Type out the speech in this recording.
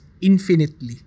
infinitely